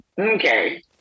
okay